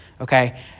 okay